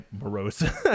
morose